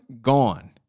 gone